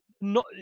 no